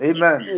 Amen